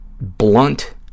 blunt